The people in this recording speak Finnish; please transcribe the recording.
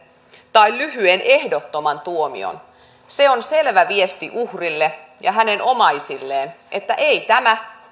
tai lyhyen ehdottoman tuomion se on selvä viesti uhrille ja hänen omaisilleen että ei tämä